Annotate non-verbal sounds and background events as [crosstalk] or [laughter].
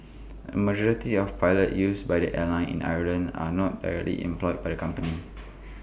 A majority of pilots used by the airline in Ireland are not directly employed by the company [noise]